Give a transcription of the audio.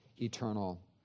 eternal